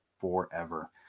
forever